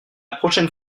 prochaine